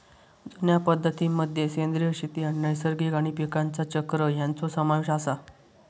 जुन्या पद्धतीं मध्ये सेंद्रिय शेती आणि नैसर्गिक आणि पीकांचा चक्र ह्यांचो समावेश आसा